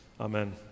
Amen